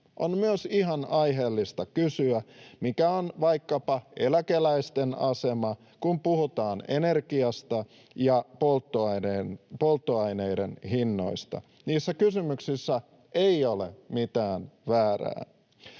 On myös ihan aiheellista kysyä, mikä on vaikkapa eläkeläisten asema, kun puhutaan energiasta ja polttoaineiden hinnoista. Niissä kysymyksissä ei ole mitään väärää.